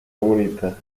comunista